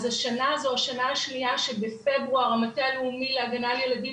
אז השנה זו השנייה שבחודש פברואר המטה הלאומי להגנה לילדים